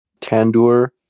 tandoor